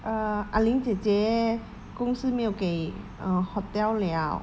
ah ling 姐姐公司没有给 uh hotel liao